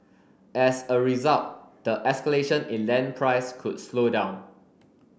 as a result the escalation in land price could slow down